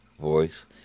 voice